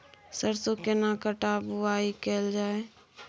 सरसो केना कट्ठा बुआई कैल जाय?